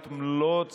אל תפנה את הגב,